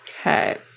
Okay